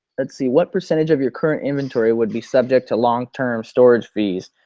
let's see, what percentage of your current inventory would be subject to long term storage fees?